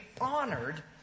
honored